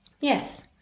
Yes